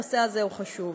הנושא הזה הוא חשוב.